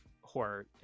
horror